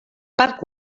parc